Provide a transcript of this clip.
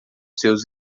seus